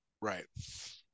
Right